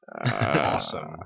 Awesome